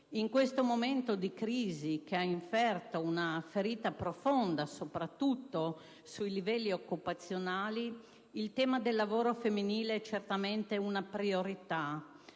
In questo momento di crisi che ha inferto una ferita profonda, soprattutto sui livelli occupazionali, il tema del lavoro femminile certamente è una priorità,